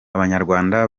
abanyarwanda